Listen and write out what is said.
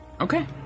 Okay